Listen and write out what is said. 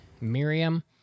Miriam